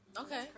Okay